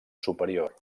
superior